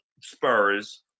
spurs